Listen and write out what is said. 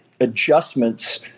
adjustments